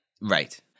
Right